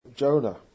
Jonah